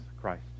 Christ